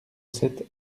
sept